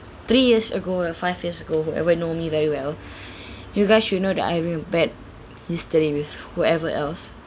three years ago or five years ago whoever know me very well you guys should know that I having a bad history with whoever else